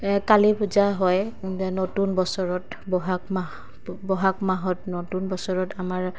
কালী পূজা হয় নতুন বছৰত বহাগ মাহ বহাগ মাহত নতুন বছৰত আমাৰ